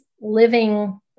living